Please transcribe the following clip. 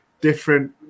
different